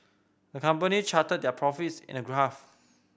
the company charted their profits in a graph